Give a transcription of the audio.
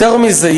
יותר מזה,